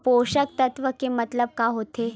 पोषक तत्व के मतलब का होथे?